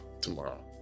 tomorrow